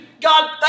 God